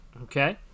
Okay